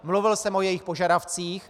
Mluvil jsem o jejich požadavcích.